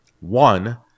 one